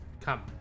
Come